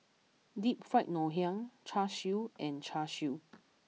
Deep Fried Ngoh Hiang Char Siu and Char Siu